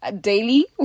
daily